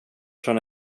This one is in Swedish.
från